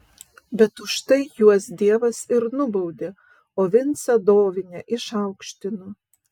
bet už tai juos dievas ir nubaudė o vincą dovinę išaukštino